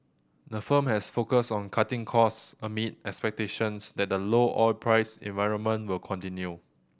the firm has focused on cutting costs amid expectations that the low oil price environment will continue